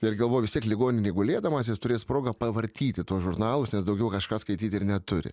ir galvoju vis tiek ligoninėj gulėdamas jis turės progą pavartyti tuos žurnalus nes daugiau kažką skaityt ir neturi